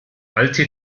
alte